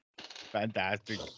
Fantastic